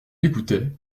écoutait